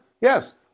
Yes